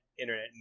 internet